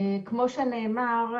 כמו שנאמר,